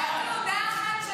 הרב גפני, אני בעד.